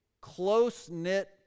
close-knit